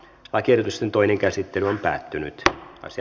lakiehdotusten toinen käsittely päättyi